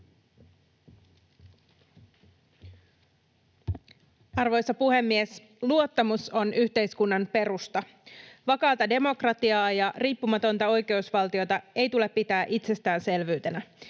Arvoisa puhemies! Luottamus on yhteiskunnan perusta. Vakaata demokratiaa ja riippumatonta oikeusvaltiota ei tule pitää itsestäänselvyytenä.